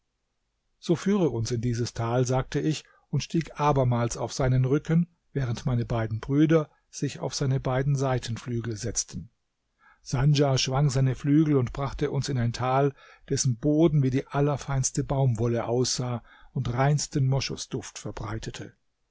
so führe uns in dieses tal sagte ich und stieg abermals auf seinen rücken während meine beiden brüder sich auf seine beiden seitenflügel setzten sandja schwang seine flügel und brachte uns in ein tal dessen boden wie die allerfeinste baumwolle aussah und reinsten moschusduft verbreitete